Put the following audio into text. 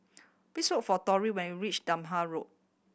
please look for Torie when you reach Durham Road